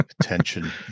Attention